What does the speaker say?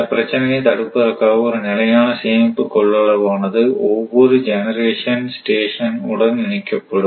இந்த பிரச்சனைகளை தடுப்பதற்காக ஒரு நிலையான சேமிப்புக் கொள்ளளவு ஆனது ஒவ்வொரு ஜெனரேஷன் ஸ்டேஷன் உடன் இணைக்கப்படும்